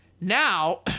Now